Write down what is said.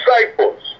disciples